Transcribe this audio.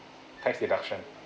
tax deduction